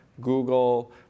Google